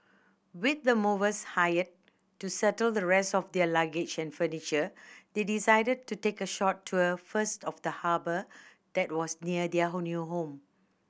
with the movers hired to settle the rest of their luggage and furniture they decided to take a short tour first of the harbour that was near their new home